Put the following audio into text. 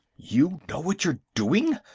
you know what you're doing?